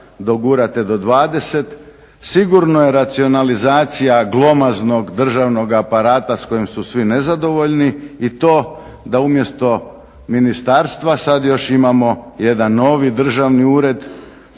dogurate do 20 sigurno je racionalizacija glomaznog državnog aparata s kojim su svi nezadovoljni i to da umjesto ministarstva sad još imamo jedan novi državni ured.